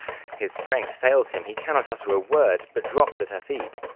his strength fails him, he cannot utter a word, but drops at her feet.